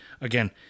Again